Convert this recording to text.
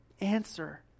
answer